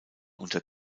unter